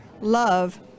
Love